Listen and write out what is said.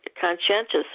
conscientious